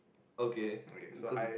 okay cause